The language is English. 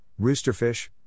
roosterfish